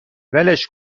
ولش